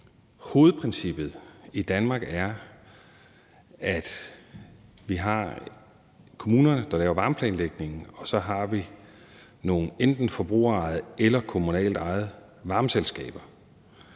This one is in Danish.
Hovedprincippet i Danmark er, at vi har kommunerne, der laver varmeplanlægningen, og så har vi nogle enten forbrugerejede eller kommunalt ejede varmeselskaber.